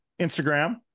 instagram